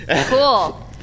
Cool